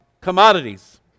commodities